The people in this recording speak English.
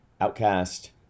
outcast